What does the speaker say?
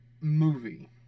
movie